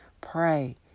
pray